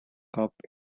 cup